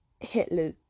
hitler